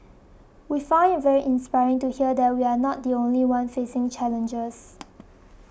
we found it very inspiring to hear that we are not the only one facing challenges